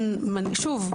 שוב,